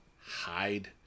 hide